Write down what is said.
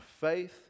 faith